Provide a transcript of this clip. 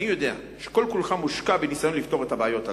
אני יודע שכל כולך מושקע בניסיון לפתור את הבעיות הללו.